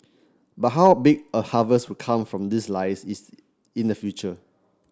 but how big a harvest will come from this lies is in the future